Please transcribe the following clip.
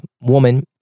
woman